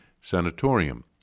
sanatorium